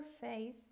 face